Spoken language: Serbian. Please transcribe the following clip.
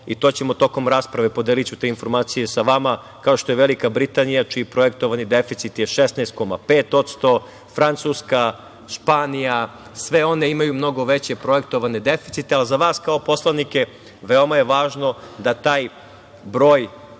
i to ćemo tokom rasprave, podeliću te informacije sa vama, kao što je Velika Britanija, čiji projektovani deficit je 16,5%. Francuska, Španija, sve one imaju mnogo veće projektovane deficite.Za vas kao poslanike veoma je važno da taj broj,